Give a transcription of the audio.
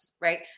right